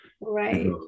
right